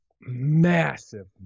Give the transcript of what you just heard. massive